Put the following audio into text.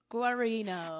Guarino